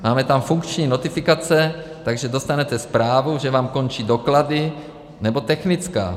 Máme tam funkční notifikace, takže dostanete zprávu, že vám končí doklady nebo technická.